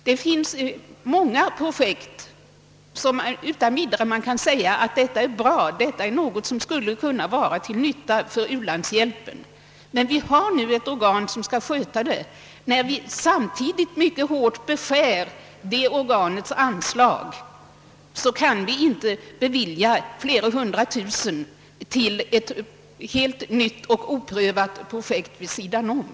Det finns många projekt, om vilka utan vidare kan sägas att de skulle vara till nytta i u-landshjälpen, men när vi mycket kraftigt beskär SIDA:s anslag kan vi inte gärna bevilja flera hundra tusen kronor till ett helt nytt och oprövat projekt vid sidan om.